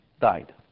died